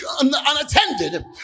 unattended